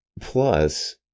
Plus